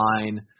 line